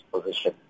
position